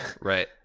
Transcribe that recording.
Right